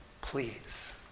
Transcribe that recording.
please